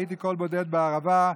הייתי קול בודד בערבה.